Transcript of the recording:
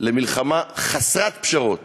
למלחמה חסרת פשרות